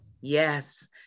Yes